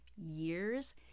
years